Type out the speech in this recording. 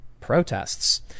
protests